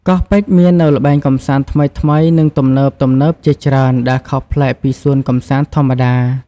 កោះពេជ្រមាននូវល្បែងកម្សាន្តថ្មីៗ និងទំនើបៗជាច្រើនដែលខុសប្លែកពីសួនកម្សាន្តធម្មតា។